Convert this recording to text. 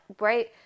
right